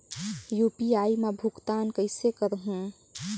UPI मा भुगतान कइसे करहूं?